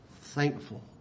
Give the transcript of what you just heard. thankful